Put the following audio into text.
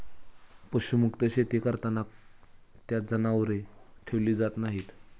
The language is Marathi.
पशुमुक्त शेती करताना त्यात जनावरे ठेवली जात नाहीत